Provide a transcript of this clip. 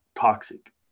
toxic